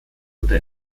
oder